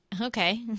Okay